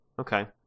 Okay